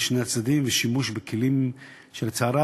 שני הצדדים ושימוש בכלים שבצער רב,